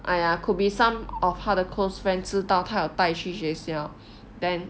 !aiya! could be some of 他的 close friend 知道他有带去学校 then